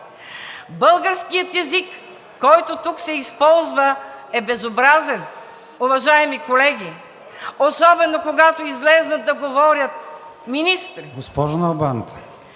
Българският език, който тук се използва, е безобразен, уважаеми колеги. Особено, когато излязат да говорят министри.